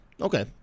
Okay